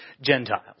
Gentiles